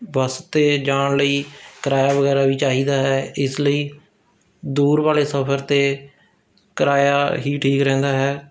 ਬੱਸ 'ਤੇ ਜਾਣ ਲਈ ਕਿਰਾਇਆ ਵਗੈਰਾ ਵੀ ਚਾਹੀਦਾ ਹੈ ਇਸ ਲਈ ਦੂਰ ਵਾਲ਼ੇ ਸਫ਼ਰ 'ਤੇ ਕਿਰਾਇਆ ਹੀ ਠੀਕ ਰਹਿੰਦਾ ਹੈ